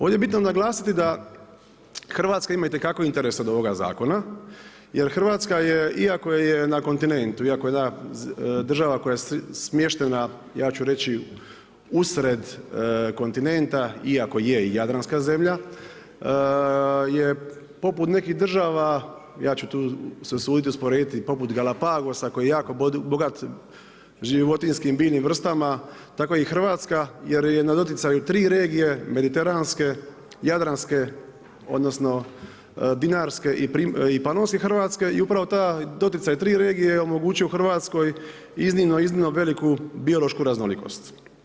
Ovdje je bitno naglasiti da Hrvatska ima itekako interes od ovog zakona jer Hrvatska je iako je na kontinentu, iako je jedna država koja je smještena, ja ću reći usred kontinenta, iako je i jadranska zemlja je poput nekih država, ja ću tu se usuditi usporediti, poput Galapagosa koji je jako bogat životinjskim i biljnim vrstama, tako i Hrvatska jer je na doticaju tri regije, mediteranske, jadranske odnosno dinarske i panonske Hrvatske i upravo taj doticaj tri regije omogućio je Hrvatskoj iznimno, iznimno veliku biološku raznolikost.